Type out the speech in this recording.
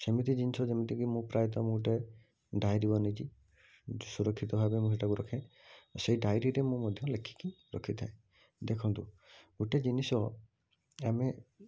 ସେମିତି ଜିନିଷ ଯେମିତି କି ମୁଁ ପ୍ରାୟତମ ଗୋଟେ ଡ଼ାଇରୀ ବନାଇଛି ସୁରକ୍ଷିତ ଭାବେ ମୁଁ ସେଇଟାକୁ ରଖେ ସେଇ ଡ଼ାଇରୀରେ ମୁଁ ମଧ୍ୟ ଲେଖିକି ରଖିଥାଏ ଦେଖନ୍ତୁ ଗୋଟେ ଜିନିଷ ଆମେ